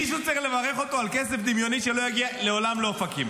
מישהו צריך לברך אותו על כסף דמיוני שלא יגיע לעולם לאופקים,